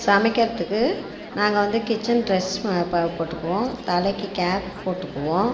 சமைக்கிறதுக்கு நாங்கள் வந்து கிட்சன் டிரஸ் போட்டுக்குவோம் தலைக்கு கேப் போட்டுக்குவோம்